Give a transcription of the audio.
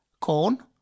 corn